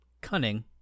cunning